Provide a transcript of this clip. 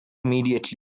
immediately